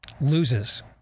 loses